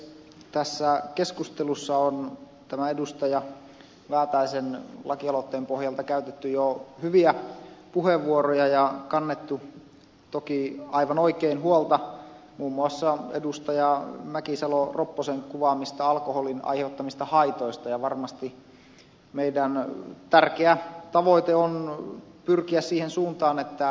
tässä keskustelussa on edustaja väätäisen lakialoitteen pohjalta käytetty jo hyviä puheenvuoroja ja kannettu toki aivan oikein huolta muun muassa edustaja mäkisalo ropposen kuvaamista alkoholin aiheuttamista haitoista ja varmasti meidän tärkeä tavoitteemme on pyrkiä siihen suuntaan että näitä haittoja vähennetään